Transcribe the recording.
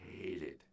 hated